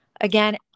again